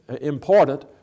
important